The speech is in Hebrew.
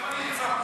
אבל גם אני נמצא פה.